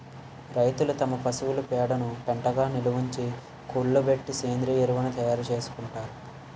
రైతులు తమ పశువుల పేడను పెంటగా నిలవుంచి, కుళ్ళబెట్టి సేంద్రీయ ఎరువును తయారు చేసుకుంటారు